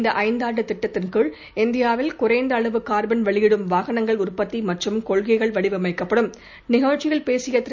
இந்த ஐந்தாண்டுத் திட்டத்தின் கீழ் இந்தியாவில் குறைந்த அளவு கார்பன் வெளியிடும் வாகனங்கள் உற்பத்தி மற்றும் கொள்கைகள் வடிவமைக்கப்படும் நிகழ்ச்சியில் பேசிய திரு